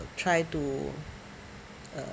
I try to uh